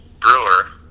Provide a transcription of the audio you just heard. brewer